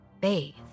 Bathe